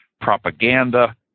propaganda